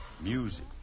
Music